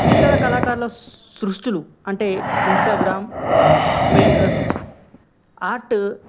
ఇతర కళాకారుల సృష్టులు అంటే ఇన్స్టాగ్రామ్ పెయింట్రస్ట్ ఆర్ట్